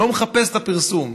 לא מחפש את הפרסום.